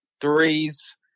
threes